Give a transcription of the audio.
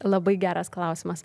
labai geras klausimas